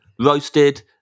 roasted